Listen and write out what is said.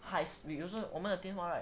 high we also 我们的电话 right